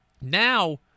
Now